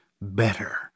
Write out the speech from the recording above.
better